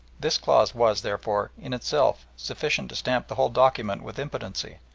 this clause was, therefore, in itself sufficient to stamp the whole document with impotency,